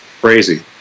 crazy